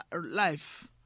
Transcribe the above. life